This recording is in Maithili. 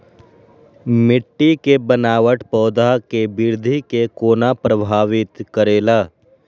मिट्टी के बनावट पौधा के वृद्धि के कोना प्रभावित करेला?